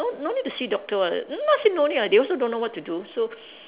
no no need to see doctor one not say don't need ah they also don't know what to do so